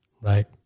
right